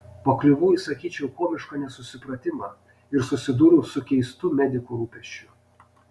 pakliuvau į sakyčiau komišką nesusipratimą ir susidūriau su keistu medikų rūpesčiu